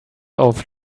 auf